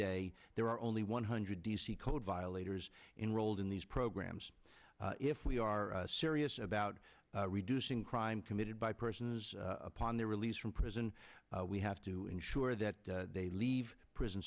day there are only one hundred d c code violators enroll in these programs if we are serious about reducing crime committed by persons upon their release from prison we have to ensure that they leave prison